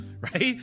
right